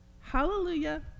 Hallelujah